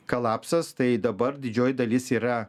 kalapsas tai dabar didžioji dalis yra